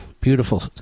beautiful